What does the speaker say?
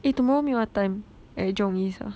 eh tomorrow meet what time at jurong east ah